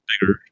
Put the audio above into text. Bigger